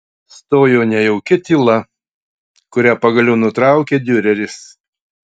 stojo nejauki tyla kurią pagaliau nutraukė diureris